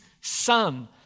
son